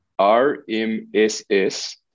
RMSS